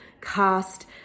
cast